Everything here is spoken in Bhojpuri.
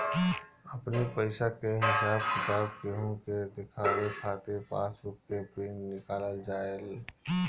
अपनी पईसा के हिसाब किताब केहू के देखावे खातिर पासबुक के प्रिंट निकालल जाएला